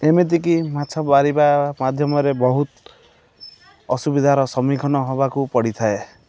ଏମିତିକି ମାଛ ମାରିବା ମାଧ୍ୟମରେ ବହୁତ ଅସୁବିଧାର ସମ୍ମୁଖୀନ ହବାକୁ ପଡ଼ିଥାଏ